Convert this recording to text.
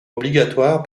obligatoire